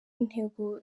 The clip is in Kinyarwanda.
intego